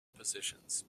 positions